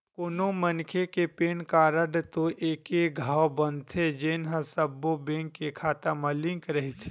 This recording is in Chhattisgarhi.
कोनो मनखे के पेन कारड तो एके घांव बनथे जेन ह सब्बो बेंक के खाता म लिंक रहिथे